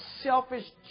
selfish